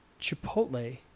Chipotle